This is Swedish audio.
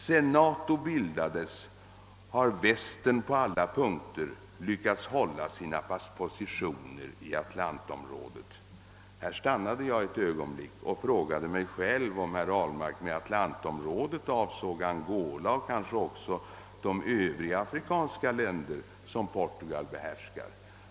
Sedan NATO bildades har västern på alla punkter lyckats hålla sina positioner i atlantområdet.» Här stannade jag ett ögonblick och frågade mig själv om herr Ahlmark med atlantområdet avsåg Angola och kanske också de övriga afrikanska länder som Portugal behärskar.